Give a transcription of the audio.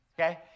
okay